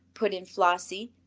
put in flossie.